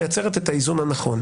מייצרת את האיזון הנכון.